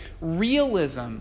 realism